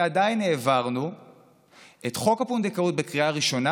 ועדיין העברנו את חוק הפונדקאות בקריאה ראשונה,